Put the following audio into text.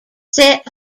set